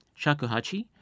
shakuhachi